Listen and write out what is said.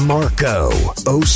Marco